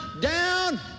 down